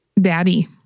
daddy